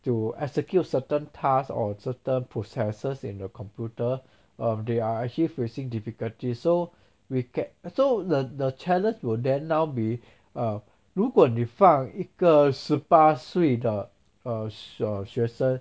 to execute certain task or certain processes in a computer um they are facing difficulty so we get so the the challenge will then now be err 如果你放一个十八岁的 uh 小学生